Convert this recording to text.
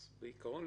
בעיקרון,